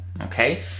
okay